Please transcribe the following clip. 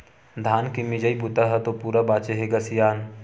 धान के मिजई बूता ह तो पूरा बाचे हे ग सियान